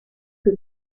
que